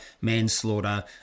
manslaughter